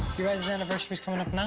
guys' anniversary is coming up now?